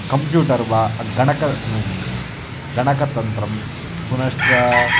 computer वा गणकं गणकतन्त्रं पुनश्च